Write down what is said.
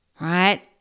Right